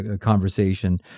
conversation